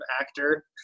actor